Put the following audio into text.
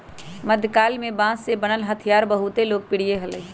मध्यकाल में बांस से बनल हथियार बहुत लोकप्रिय हलय